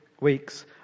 weeks